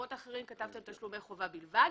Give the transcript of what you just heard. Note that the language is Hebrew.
ובמקומות אחרים כתבתם "תשלומי חובה" בלבד.